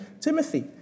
Timothy